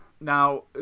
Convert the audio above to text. Now